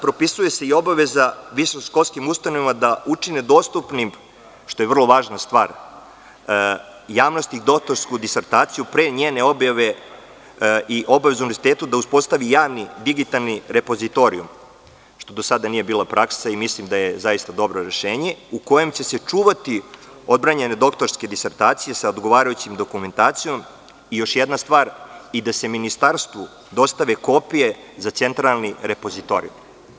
Propisuje se i obaveza visokoškolskim ustanovama da učine dostupnim javnosti doktorsku disertaciju pre njene objave i obavezu Univerzitetu da uspostavi javni digitalni repozitorijum, što do sada nije bila praksa, mislim da je zaista dobro to rešenje, gde će se čuvati odbranjene doktorske disertacije sa odgovarajućom dokumentacijom i, još jedna stvar, da se Ministarstvu dostave kopije za centralni repozitorijum.